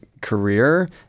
career